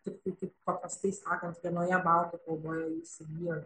tiktai taip paprastai sakant vienoje baltų kalboje jis įgijo